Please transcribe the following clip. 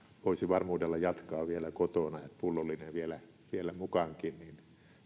voisi varmuudella jatkaa vielä kotona se että pullollinen vielä vielä mukaankin